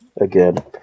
again